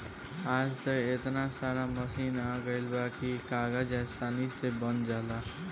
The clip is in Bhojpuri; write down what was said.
आज त एतना सारा मशीन आ गइल बा की कागज आसानी से बन जाला